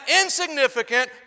insignificant